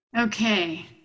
Okay